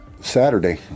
Saturday